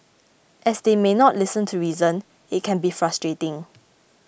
as they may not listen to reason it can be frustrating